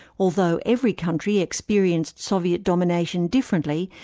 although every country experienced soviet domination differently,